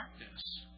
darkness